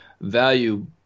value